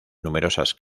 numerosas